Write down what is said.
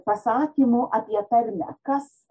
pasakymų apie tarmę kas